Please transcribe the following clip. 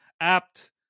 apt